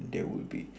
there would be